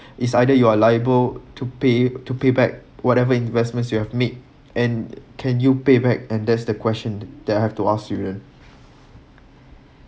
it's either you are liable to pay to pay back whatever investments you have made and can you pay back and that's the question that I have to ask you